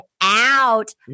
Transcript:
out